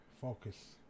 focus